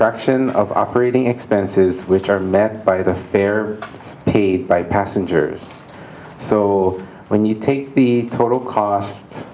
fraction of operating expenses which are met by the fare paid by passengers so when you take the total cost